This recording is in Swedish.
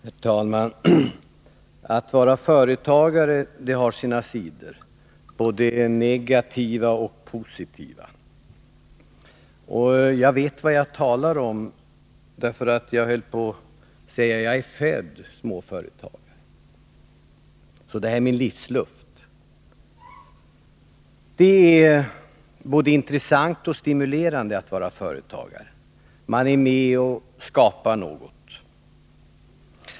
Herr talman! Att vara företagare har sina sidor, både negativa och positiva. Jag vet vad jag talar om, för jag är så att säga född småföretagare — det är min livsluft. Det är både intressant och stimulerande att vara företagare. Man är med och skapar något.